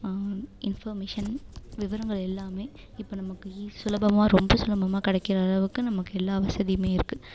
information விவரங்கள் எல்லாமே இப்போ நமக்கு ஈ சுலபமாக ரொம்ப சுலபமா கிடைக்கிற அளவுக்கு நமக்கு எல்லா வசதியுமே இருக்குது